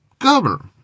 governor